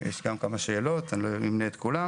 יש גם כמה שאלות, אני לא אמנה את כולן.